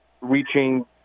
reaching